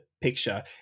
picture